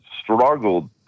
struggled